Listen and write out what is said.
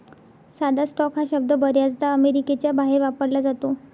साधा स्टॉक हा शब्द बर्याचदा अमेरिकेच्या बाहेर वापरला जातो